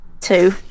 Two